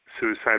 suicide